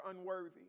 unworthy